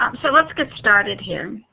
um so, let's get started here.